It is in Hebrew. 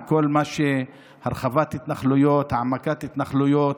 עם כל הרחבת ההתנחלויות,